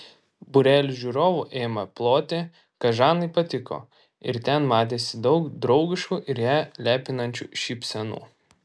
būrelis žiūrovų ėmė ploti kas žanai patiko ir ten matėsi daug draugiškų ir ją lepinančių šypsenų